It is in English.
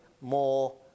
more